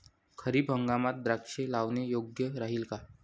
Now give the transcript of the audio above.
खरीप हंगामात द्राक्षे लावणे योग्य राहिल का?